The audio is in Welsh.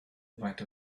faint